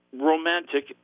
romantic